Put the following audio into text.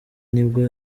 nibwo